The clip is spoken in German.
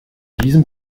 diesem